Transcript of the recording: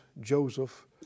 Joseph